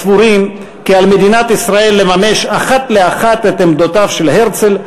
הסבורים כי על מדינת ישראל לממש אחת לאחת את עמדותיו של הרצל,